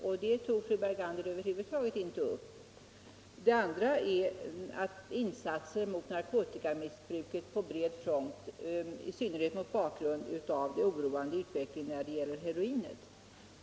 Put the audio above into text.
Den frågan tog fru Bergander över huvud taget inte upp. Den andra frågan är ökade insatser mot narkotikamissbruket på bred front, speciellt mot bakgrund av den oroande utvecklingen när det gäller heroinet.